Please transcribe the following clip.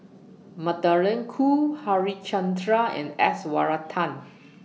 Magdalene Khoo Harichandra and S Varathan